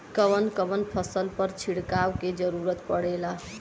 कवन कवन फसल पर छिड़काव के जरूरत पड़ेला?